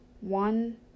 one